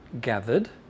gathered